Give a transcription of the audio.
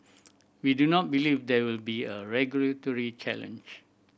we do not believe there will be a regulatory challenge